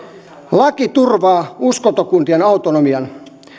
laki turvaa uskontokuntien autonomian